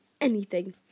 anything